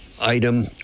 item